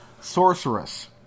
Sorceress